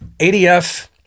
adf